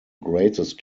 greatest